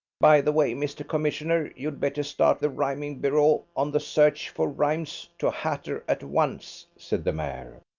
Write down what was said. by the way, mr. commissioner, you'd better start the rhyming bureau on the search for rhymes to hatter at once, said, the mayor.